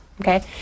okay